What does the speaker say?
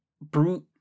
brute